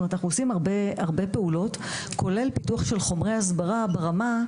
זאת אומרת אנחנו עושים הרבה פעולות כולל פיתוח של חומרי הסברה ברמה,